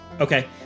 Okay